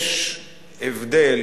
יש הבדל